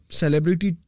celebrity